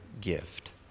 gift